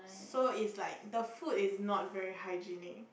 so it's like the food is not very hygienic